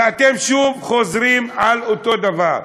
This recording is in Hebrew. ואתם שוב חוזרים על אותו דבר,